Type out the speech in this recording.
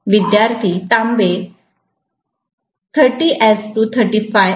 असल्यास काय होते